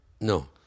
no